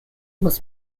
muss